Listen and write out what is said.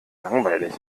langweilig